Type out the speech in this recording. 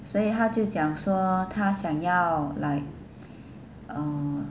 所以她就讲说她想要 like uh